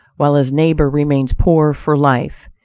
while his neighbor remains poor for life,